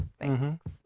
thanks